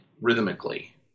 rhythmically